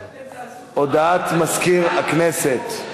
היום, כשאתם, הודעת מזכיר הכנסת.